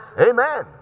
Amen